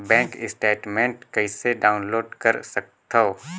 Bank statement कइसे download कर सकथव?